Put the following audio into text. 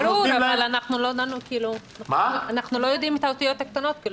זה ברור, אבל אנחנו לא יודעים את האותיות הקטנות.